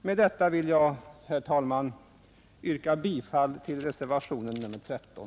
Med detta vill jag, herr talman, yrka bifall till reservationen 13.